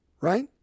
right